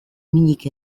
minik